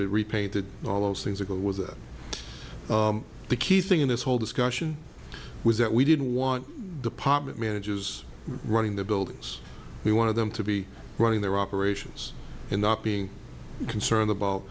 recopy repainted all those things ago was that the key thing in this whole discussion was that we didn't want department managers running the buildings we wanted them to be running their operations and not being concerned about